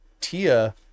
Tia